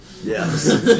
Yes